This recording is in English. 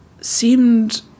seemed